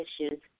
issues